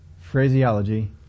phraseology